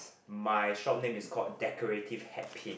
my shop name is called decorative hat pin